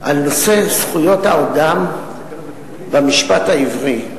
על נושא זכויות האדם במשפט העברי,